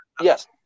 Yes